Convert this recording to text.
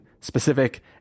specific